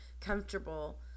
comfortable